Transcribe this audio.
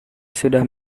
sudah